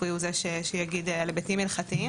רפואי הוא זה שיגיד על היבטים הלכתיים.